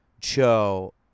Cho